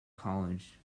college